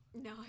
No